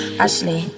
Ashley